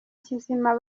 kizima